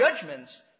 judgments